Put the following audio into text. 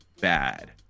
bad